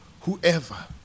whoever